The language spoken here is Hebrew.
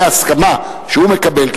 דמי הסכמה שהוא מקבל,